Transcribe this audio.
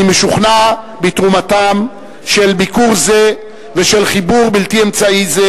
אני משוכנע בתרומתם של ביקור זה ושל חיבור בלתי אמצעי זה